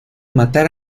matar